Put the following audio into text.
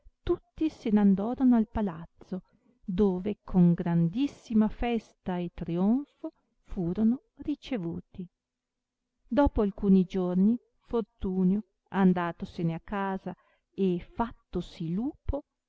tutti se n'andorono al palazzo dove con grandissima festa e trionfo furono ricevuti dopò alcuni giorni fortunio andatosene a casa e fattosi lupo